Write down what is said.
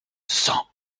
sens